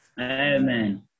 Amen